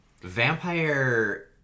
vampire